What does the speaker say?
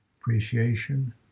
appreciation